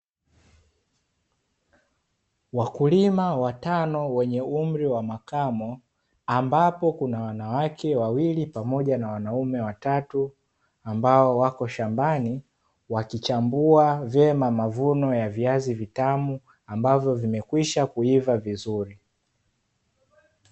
Wakulima watano wenye umri wa makamo ambapo kuna wanawake wawili pamoja na wanaume watatu, ambao wako shambani wakichambua vyema mavuno ya viazi vitamu ambavyo vimekwisha kuiva vizuri.